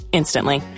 instantly